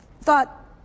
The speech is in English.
thought